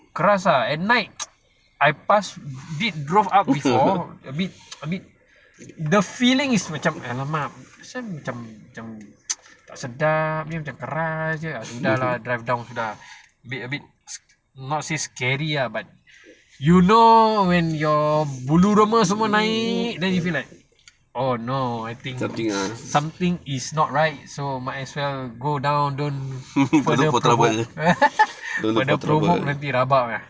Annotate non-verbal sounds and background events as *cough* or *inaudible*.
keras ah at night *noise* I pass did drove up before a bit a bit the feeling is macam drive down !alamak! asal macam tak sedap jer macam keras jer ah sudah lah drive down sudah a bit a bit not say scary ah but you know when your bulu roma semua naik then you feel like oh no I think something is not right so might as well go down don't *laughs* pada provoke nanti rabaknya